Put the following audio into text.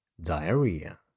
diarrhea